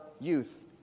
youth